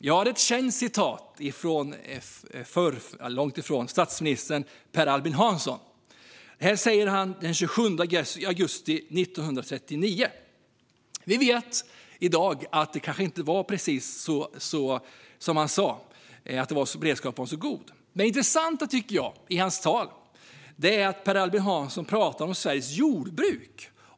Det är ett känt citat av statsminister Per Albin Hansson från den 27 augusti 1939. I dag vet vi att beredskapen kanske inte var så god som han sa, men jag tycker att det är intressant att Per Albin Hansson i sitt tal pratade om Sveriges jordbruk.